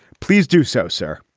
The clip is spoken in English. please do so sir.